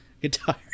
Guitar